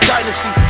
Dynasty